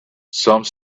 some